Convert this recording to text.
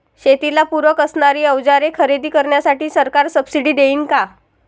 शेतीला पूरक असणारी अवजारे खरेदी करण्यासाठी सरकार सब्सिडी देईन का?